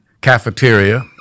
cafeteria